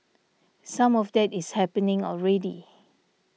some of that is happening already